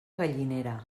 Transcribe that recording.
gallinera